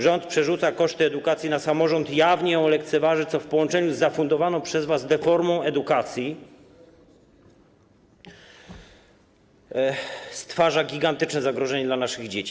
Rząd przerzuca koszty edukacji na samorząd, jawnie ją lekceważy, co w połączeniu z zafundowaną przez was deformą edukacji stwarza gigantyczne zagrożenie dla naszych dzieci.